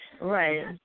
Right